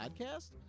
Podcast